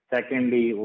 Secondly